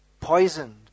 poisoned